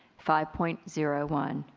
five point zero one.